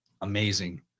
Amazing